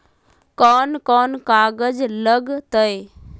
कौन कौन कागज लग तय?